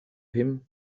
him